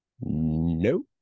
no